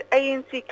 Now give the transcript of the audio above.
anc